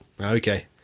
Okay